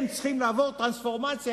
הם צריכים לעבור טרנספורמציה.